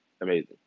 amazing